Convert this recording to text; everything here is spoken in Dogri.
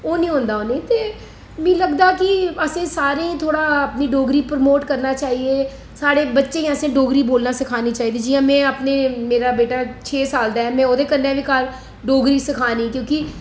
ओह् नेईं औंदा उ'नें गी ते मीं लगदा कि असें गी सारें गी थोह्ड़ा अपनी डोगरी प्रमोट करना चाहिऐ साढ़े बच्चे गी असें डोगरी बोलना सखानी चाहिदी जि'यां में अपने मेरा बेटा छे साल दा ऐ में ओह्दे कन्नै बी घर डोगरी सखानी कि'यां कि